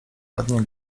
ładnie